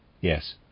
Yes